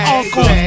uncle